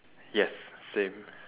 yes same